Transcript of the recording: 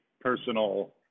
personal